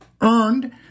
earned –